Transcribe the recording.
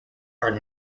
are